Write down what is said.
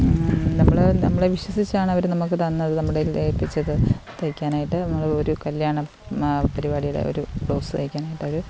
നമ്മൾ നമ്മളെ വിശ്വസിച്ചാണ് അവർ നമുക്ക് തന്നത് നമ്മുടേൽ ഏൽപ്പിച്ചത് തയ്ക്കാനായിട്ട് നമ്മൾ ഒരു കല്യാണ പരിപാടിടെ ഒരു ബ്ലൗസ് തയ്ക്കാനായിട്ട് അവർ